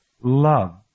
love